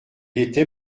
était